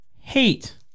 hate